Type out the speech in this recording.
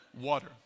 Water